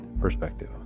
perspective